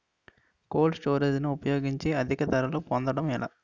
Cold storage ని ఉపయోగించుకొని అధిక ధరలు పొందడం ఎలా?